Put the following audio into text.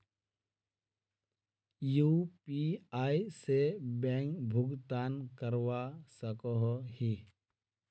UPI से bank भुगतान करवा सकोहो ही?